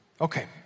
Okay